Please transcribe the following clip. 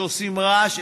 שעושים רעש,